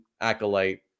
Acolyte